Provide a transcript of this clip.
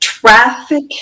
Traffic